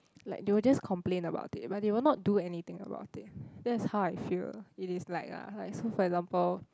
like they will just complain about it but they will not do anything about it that's how I feel it is like lah like so for example